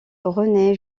rené